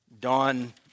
Dawn